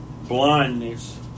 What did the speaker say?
Blindness